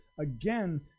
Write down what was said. again